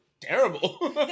terrible